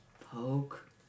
Poke